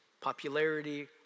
popularity